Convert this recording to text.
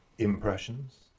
Impressions